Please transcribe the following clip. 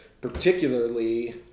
particularly